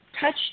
touch